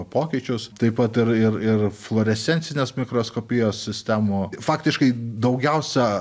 pokyčius taip pat ir ir ir fluorescencinės mikroskopijos sistemų faktiškai daugiausia